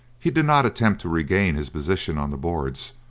he did not attempt to regain his position on the boards,